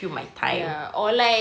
ya or like